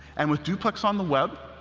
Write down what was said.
and with duplex on the web,